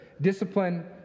discipline